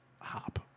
hop